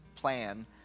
plan